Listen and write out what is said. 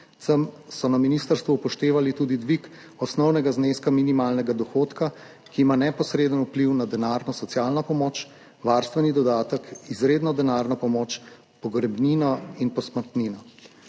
so na ministrstvu upoštevali tudi dvig osnovnega zneska minimalnega dohodka, ki ima neposreden vpliv na denarno socialno pomoč, varstveni dodatek, izredno denarno pomoč, pogrebnino in posmrtnino.